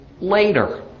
later